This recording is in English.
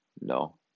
No